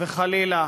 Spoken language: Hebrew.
וחלילה,